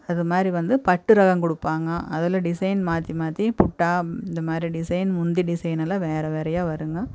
அது மாதிரி வந்து பட்டு ரகம் கொடுப்பாங்க அதில் டிசைன் மாற்றி மாற்றி புட்டா இந்த மாதிரி டிசைன் முந்தி டிசைன் எல்லாம் வேறு வேறையாக வருங்க